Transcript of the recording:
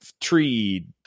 tree